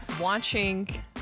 watching